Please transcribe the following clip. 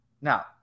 Now